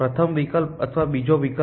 પ્રથમ વિકલ્પ અથવા બીજો વિકલ્પ